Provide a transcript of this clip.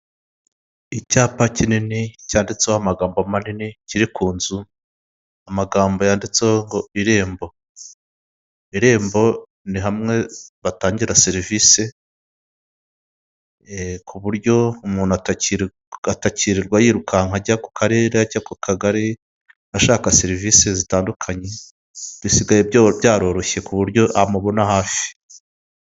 Icyapa kinini cyanditseho amagambo manini kiri ku nzu, amagambo yanditseho ngo irembo, irembo ni hamwe batangira serivise ku buryo umuntu atakirirwa yirukanka ajya ku karere, ajya ku kagari ashaka serivise zitandukanye bisigaye byaroroshye ku buryo amubona hafi.